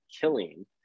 killing